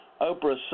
Oprah